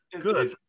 good